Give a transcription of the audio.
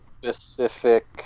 Specific